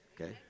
Okay